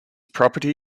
property